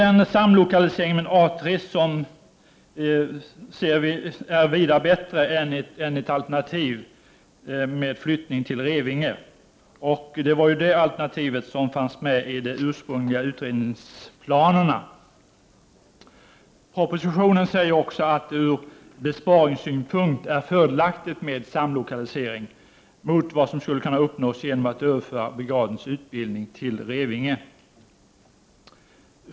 En samlokalisering med A 3 ser vi som vida bättre än ett alternativ som innebär en flyttning till Revinge — och det var ju det alternativet som fanns medi de ursprungliga utredningsplanerna. Propositionen säger också att det ur besparingssynpunkt är fördelaktigt med samlokalisering i förhållande till vad som skulle uppnås genom att överföra brigadens utbildning till Revinge.